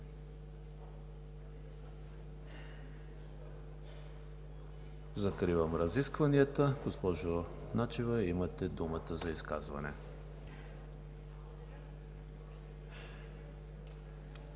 Закривам разискванията. Госпожо Начева, имате думата за изказване.